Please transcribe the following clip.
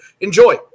enjoy